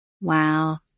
Wow